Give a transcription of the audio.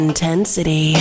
Intensity